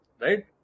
right